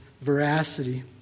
veracity